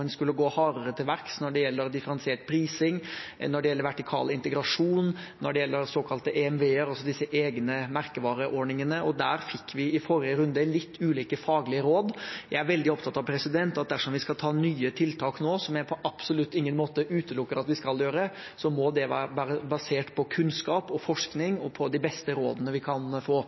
en skulle gå hardere til verks når det gjelder differensiert prising, vertikal integrasjon og såkalte EMV-er, altså disse egne merkevareordningene. Der fikk vi i forrige runde litt ulike faglige råd. Jeg er veldig opptatt av at dersom vi skal innføre tiltak nå, som jeg på absolutt ingen måte utelukker at vi skal gjøre, må det være basert på kunnskap og forskning og de beste rådene vi kan få.